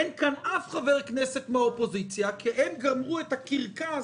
אין כאן אף חבר כנסת מן האופוזיציה כי הם גמרו את הקרקס